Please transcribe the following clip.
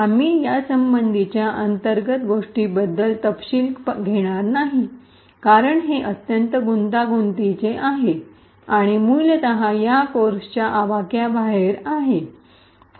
आम्ही यासंबंधीच्या अंतर्गत गोष्टींबद्दल तपशील घेणार नाही कारण हे अत्यंत गुंतागुंतीचे आहे आणि मूलत या कोर्सच्या आवाक्याबाहेर आहे